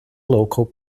local